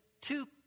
two